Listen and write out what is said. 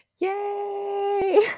yay